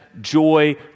joy